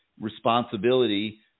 responsibility